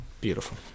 beautiful